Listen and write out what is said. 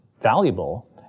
valuable